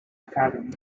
academy